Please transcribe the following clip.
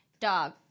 dog